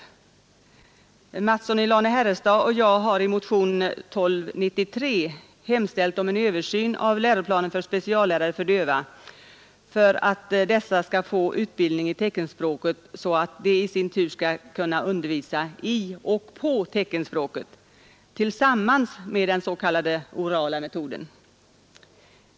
Herr Mattsson i Lane-Herrestad och jag har i motionen 1293 hemställt om en översyn av läroplanen för speciallärare för döva för att dessa skall få utbildning i teckenspråket, så att de i sin tur skall kunna undervisa i och på teckenspråk tillsammans med den s.k. orala metoden.